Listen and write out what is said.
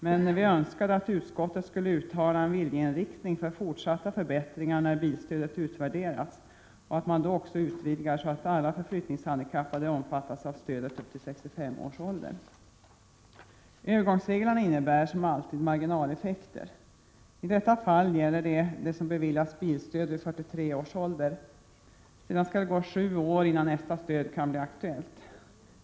Men vi önskade att utskottet skulle uttala en viljeinriktning för fortsatta förbättringar när bilstödet utvärderats och att man då också utvidgar stödet så att alla förflyttningshandikappade upp till 65 års ålder omfattas. Övergångsreglerna innebär, som alltid, marginaleffekter. I detta fall gäller det dem som beviljas bilstöd vid 43 års ålder. Det skall sedan gå sju år innan nästa stöd kan bli aktuellt.